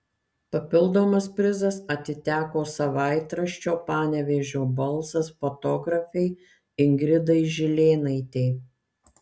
papildomas prizas atiteko savaitraščio panevėžio balsas fotografei ingridai žilėnaitei